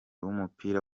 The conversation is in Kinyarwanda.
w’umupira